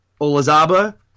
Olazaba